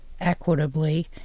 equitably